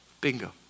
bingo